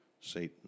Satan